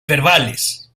verbales